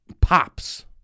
Pops